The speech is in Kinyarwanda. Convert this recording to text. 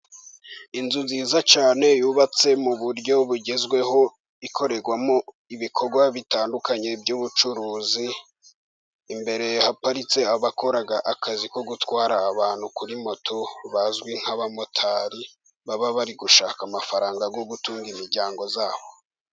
Inzu nziza cyane yubatse mu buryo bugezweho, ikorerwamo ibikorwa bitandukanye by'ubucuruzi, imbere haparitse abakora akazi ko gutwara abantu kuri moto bazwi nk'abamotari, baba bari gushaka amafaranga yo gutunga imiryango yabo.